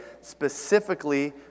specifically